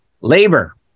Labor